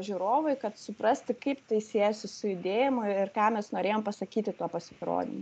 žiūrovui kad suprasti kaip tai siejasi su judėjimu ir ką mes norėjom pasakyti tuo pasirodymu